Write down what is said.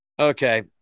okay